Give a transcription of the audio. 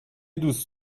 دوست